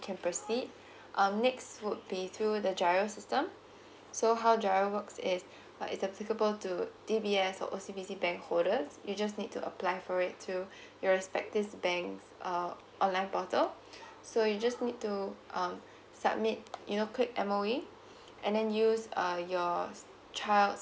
can proceed um next food pay through the system so how works is but it's applicable to D B S or O C B C bank holders you just need to apply for it to your respective banks uh or so you just need to um submit you know click M_O_E and then use uh your child